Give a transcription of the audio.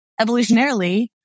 evolutionarily